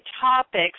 topics